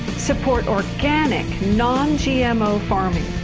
support organic, non-gmo farming.